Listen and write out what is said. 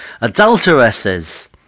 Adulteresses